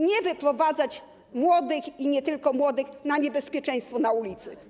Nie wyprowadzać młodych i nie tylko młodych na niebezpieczeństwo na ulicy.